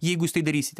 jeigu jūs tai darysite